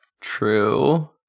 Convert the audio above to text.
true